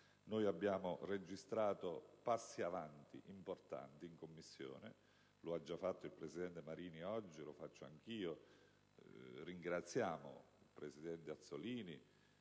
Noi abbiamo registrato passi avanti importanti in Commissione. Lo ha già fatto il presidente Marini oggi e lo faccio anch'io: ringraziamo il presidente Azzollini,